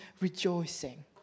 rejoicing